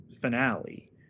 finale